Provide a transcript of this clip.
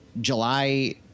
July